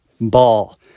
ball